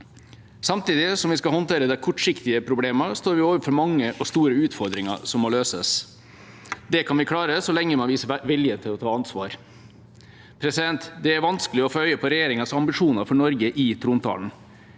Samtidig som vi skal håndtere de kortsiktige problemene, står vi overfor mange og store utfordringer som må løses. Det kan vi klare så lenge man viser vilje til å ta ansvar. Det er vanskelig å få øye på regjeringas ambisjoner for Norge i trontalen.